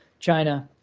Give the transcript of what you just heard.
china,